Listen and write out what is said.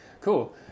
Cool